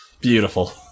Beautiful